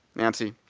nancy,